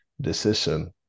decision